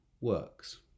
works